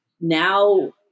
now